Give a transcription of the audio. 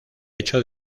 hecho